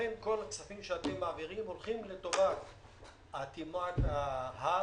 ולכן כל הכספים שאתם מעבירים הולכים לטובת אטימת ההר,